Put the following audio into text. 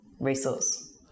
resource